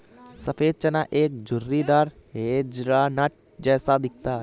सफेद चना एक झुर्रीदार हेज़लनट जैसा दिखता है